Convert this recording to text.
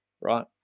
Right